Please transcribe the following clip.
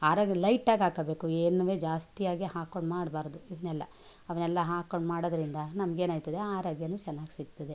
ಆರೋಗ್ಯ ಲೈಟಾಗಿ ಹಾಕಬೇಕು ಏನುವೇ ಜಾಸ್ತಿಯಾಗಿ ಹಾಕೊಂಡು ಮಾಡಬಾರ್ದು ಇದನ್ನೆಲ್ಲ ಅವನ್ನೆಲ್ಲ ಹಾಕೊಂಡು ಮಾಡೋದ್ರಿಂದ ನಮ್ಗೇನಾಯ್ತದೆ ಆರೋಗ್ಯನು ಚೆನ್ನಾಗಿ ಸಿಕ್ತದೆ